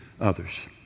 others